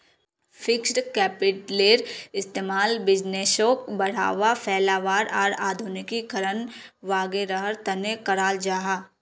fixed कैपिटलेर इस्तेमाल बिज़नेसोक बढ़ावा, फैलावार आर आधुनिकीकरण वागैरहर तने कराल जाहा